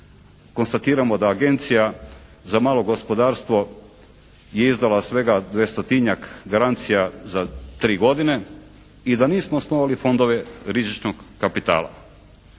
konstatiramo da Agencija za malo gospodarstvo je izdala svega dvjestotinjak garancija za tri godine i da nismo osnovali fondove rizičnog kapitala.